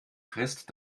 frisst